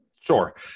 sure